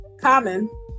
common